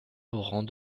laurent